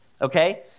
Okay